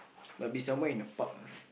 might be somewhere in the park ah